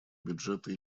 бюджета